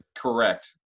Correct